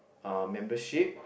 uh membership